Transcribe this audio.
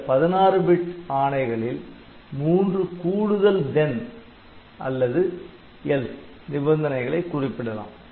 இந்த 16 பிட் ஆணைகளில் மூன்று கூடுதல் Then அல்லது Else நிபந்தனைகளை குறிப்பிடலாம்